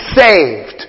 saved